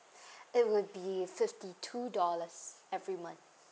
it would be fifty two dollars every month